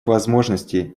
возможности